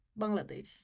Bangladesh